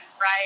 right